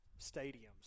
stadiums